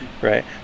right